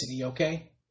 okay